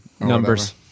Numbers